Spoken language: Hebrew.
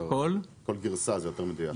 זה יותר מדויק.